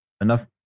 enough